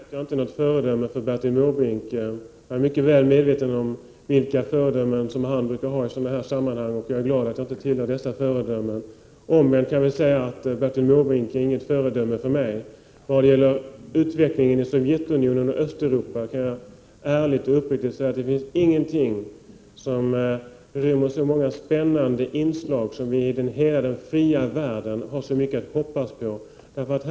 Prot. 1988 republikerna Omvänt kan jag säga att Bertil Måbrink inte är något föredöme för mig. Beträffande utvecklingen i Sovjetunionen och Östeuropa kan jag ärligt och uppriktigt säga: Det finns ingenting som rymmer så många spännande inslag och som hela den fria världen har så mycket att hoppas på som detta.